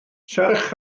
serch